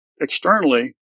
externally